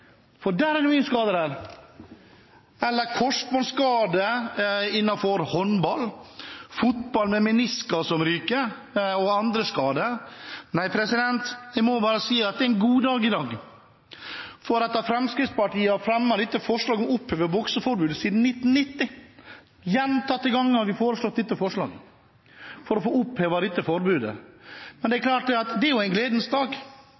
men der er det mange skader – eller det er korsbåndsskade i håndball, fotball med menisker som ryker, og andre skader. Jeg må bare si at det er en god dag i dag – etter at Fremskrittspartiet siden 1990 har fremmet forslag om å oppheve bokseforbudet. Gjentatte ganger har vi foreslått å oppheve dette forbudet. Dette er en gledens dag.